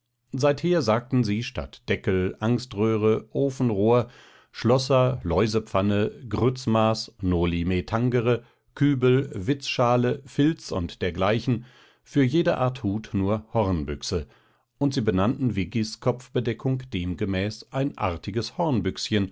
seither sagten sie statt deckel angströhre ofenrohr schlosser läusepfanne grützmaß noli me tangere kübel witzschale filz und dergleichen für jede art hut nur hornbüchse und sie benannten viggis kopfbedeckung demgemäß ein artiges